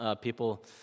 people